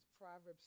Proverbs